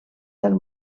del